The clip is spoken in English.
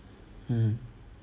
mmhmm